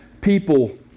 people